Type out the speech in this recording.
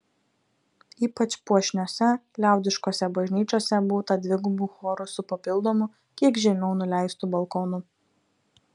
ypač puošniose liaudiškose bažnyčiose būta dvigubų chorų su papildomu kiek žemiau nuleistu balkonu